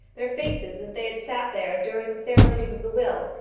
their faces as they had sat there during the ceremonies of the will,